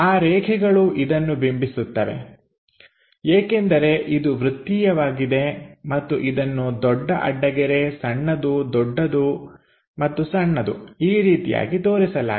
ಆ ರೇಖೆಗಳು ಇದನ್ನು ಬಿಂಬಿಸುತ್ತವೆ ಏಕೆಂದರೆ ಇದು ವೃತ್ತಿಯವಾಗಿದೆ ಮತ್ತು ಇದನ್ನು ದೊಡ್ಡ ಅಡ್ಡಗೆರೆ ಸಣ್ಣದು ದೊಡ್ಡದು ಮತ್ತು ಸಣ್ಣದು ಈ ರೀತಿಯಾಗಿ ತೋರಿಸಲಾಗಿದೆ